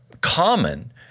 common